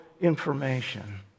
information